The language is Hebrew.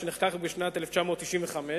שנחקק בשנת 1995,